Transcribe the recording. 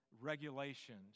regulations